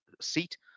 seat